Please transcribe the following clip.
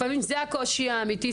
לפעמים זה הקושי האמיתי.